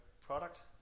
product